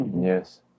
Yes